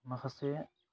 माखासे